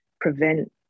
prevent